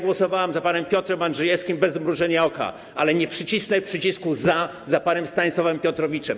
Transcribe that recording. Głosowałem za panem Piotrem Andrzejewskim bez zmrużenia oka, ale nie przycisnę przycisku „za” za panem Stanisławem Piotrowiczem.